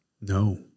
No